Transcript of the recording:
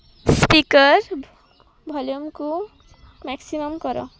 speaker ଭଲ୍ୟୁମ୍କୁ maximum କର